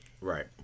Right